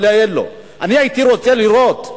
אני הייתי רוצה לראות,